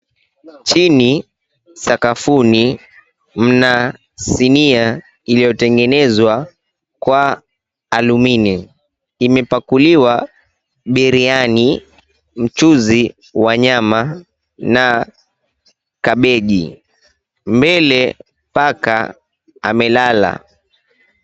Chini sakafuni mna sinia iliyotengenezwa kwa alumini. Imepakuliwa biriani, mchuzi wa nyama na kabichi. Mbele paka amelala.